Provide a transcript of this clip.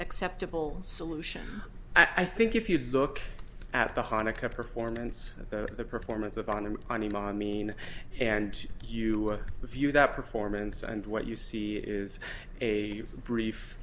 acceptable solution i think if you look at the hanukkah performance the performance of on and mean and you view that performance and what you see is a brief